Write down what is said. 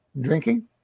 drinking